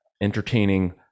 entertaining